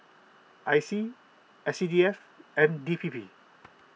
I C S C D F and D P P